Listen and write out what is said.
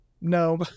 No